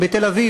בתל-אביב,